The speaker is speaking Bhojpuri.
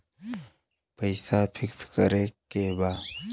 पैसा पिक्स करके बा?